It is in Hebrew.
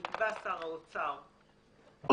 לא?